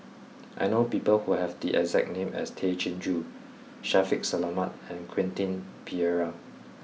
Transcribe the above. I know people who have the exact name as Tay Chin Joo Shaffiq Selamat and Quentin Pereira